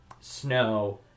Snow